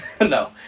No